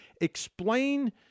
explain